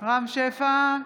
שפע,